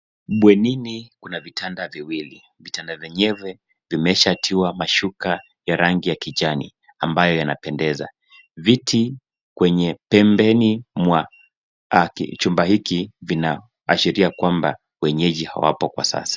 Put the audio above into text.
Bwenini kuna vitanda viwili, vitanda vyenyewe vimeshatiwa mashuka ya rangi ya kijani ambayo yanapendeza. Viti kwenye pembeni mwa chumba hiki vinaashiria kwamba wenyeji hawapo kwa sasa.